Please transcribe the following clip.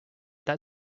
that